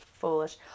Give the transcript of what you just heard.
foolish